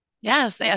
Yes